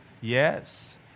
Yes